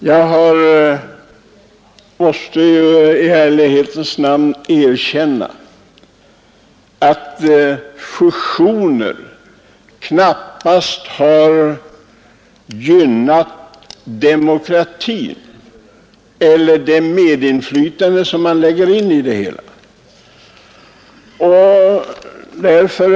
Jag måste dock i ärlighetens namn erkänna, att fusioner knappast har gynnat demokratin eller det medinflytande som man lägger in i detta begrepp.